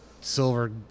silver